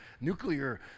nuclear